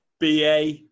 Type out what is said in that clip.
BA